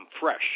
fresh